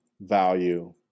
value